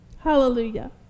Hallelujah